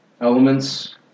elements